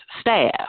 staff